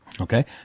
Okay